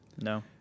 No